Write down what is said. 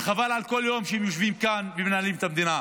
וחבל על כל יום שבו הם יושבים כאן ומנהלים את המדינה,